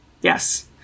Yes